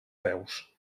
peus